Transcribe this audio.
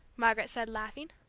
margaret said, laughing.